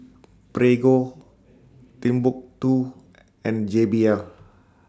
Prego Timbuk two and J B L